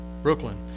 Brooklyn